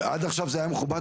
עד עכשיו זה היה מכובד,